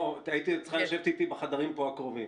קרן, היית צריכה לשבת איתי פה בחדרים הקרובים.